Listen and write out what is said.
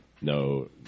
no